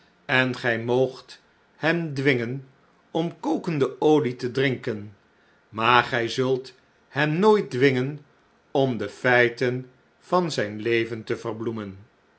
en gii moogt hem dwingen om kokende olie te drinken maar gij zult hem nooit dwingen om de feiten van zijn leven te verbloemen